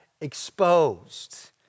exposed